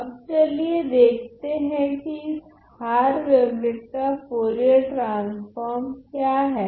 अब चलिए देखते है की इस हार वेवलेट का फुरियर ट्रान्स्फ़ोर्म क्या हैं